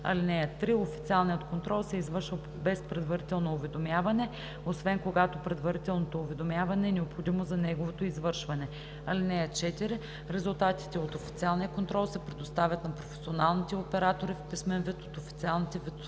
(3) Официалният контрол се извършва без предварително уведомяване, освен когато предварителното уведомяване е необходимо за неговото извършване. (4) Резултатите от официалния контрол се предоставят на професионалните оператори в писмен вид от официалните